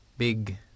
big